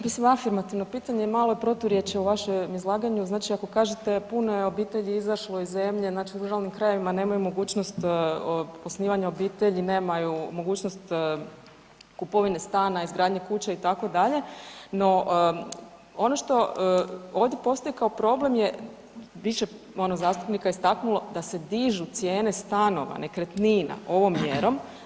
Pa evo jedan, mislim afirmativno pitanje, malo proturječi vašem izlaganju znači ako kažete puno je obitelji izašlo iz zemlje, znači u ruralnim krajevima nemaju mogućnost osnivanja obitelji, nemaju mogućnost kupovine stana, izgradnje kuće itd., no ono što ovdje postoji kao problem je više ono zastupnika istaknulo, da se dižu cijene stanova, nekretnina ovom mjerom.